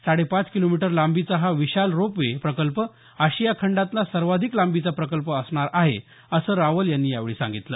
साडेपाच किलोमीटर लांबीचा हा विशाल रोपवे प्रकल्प आशिया खंडातला सर्वाधिक लांबीचा प्रकल्प असणार आहे असं रावल यांनी यावेळी सांगितलं